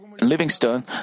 Livingstone